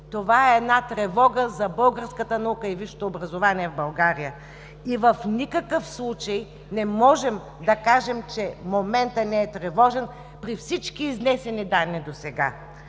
Това е една тревога за българската наука и висшето образование в България. И в никакъв случай не можем да кажем, че моментът не е тревожен при всички изнесени данни досега.